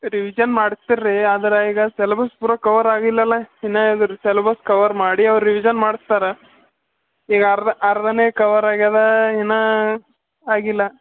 revision ಮಾಡಸ್ತೀರ್ರಿ ಆದ್ರೆ ಈಗ ಸಿಲೆಬಸ್ ಪೂರ ಕವರ್ ಆಗಿಲ್ಲಲ್ಲ ಇನ್ನು ಅದರ ಸಿಲೆಬಸ್ ಕವರ್ ಮಾಡಿ ಅವ್ರು ರಿವಿಷನ್ ಮಾಡಸ್ತಾರೆ ಈಗ ಅರ್ ಅರ್ಧನೆ ಕವರ್ ಆಗ್ಯಾದ ಇನ್ನು ಆಗಿಲ್ಲ